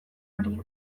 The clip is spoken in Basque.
horiek